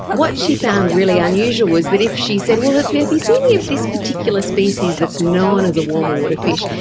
what she found really unusual was that if she said, well, have you seen any of this particular species that is known as a warmer water fish,